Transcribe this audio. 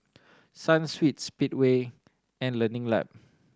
Sunsweet Speedway and Learning Lab